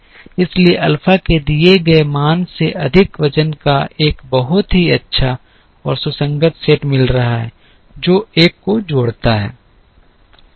इसलिए अल्फा के दिए गए मान से अधिक वजन का एक बहुत ही अच्छा और सुसंगत सेट मिल रहा है जो एक को जोड़ता है